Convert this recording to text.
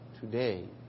today